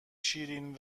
شیرین